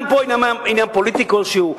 אין פה עניין פוליטי כלשהו.